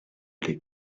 les